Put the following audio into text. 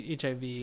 HIV